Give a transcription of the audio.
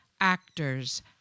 actors